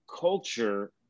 culture